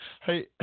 Hey